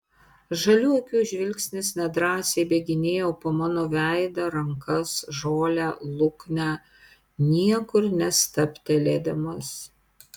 žalių akių žvilgsnis nedrąsiai bėginėjo po mano veidą rankas žolę luknę niekur nestabtelėdamas